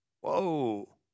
Whoa